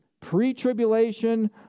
pre-tribulation